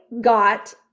got